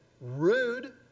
rude